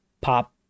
pop